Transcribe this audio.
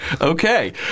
Okay